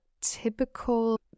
typical